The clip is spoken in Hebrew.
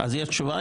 אז יש תשובה?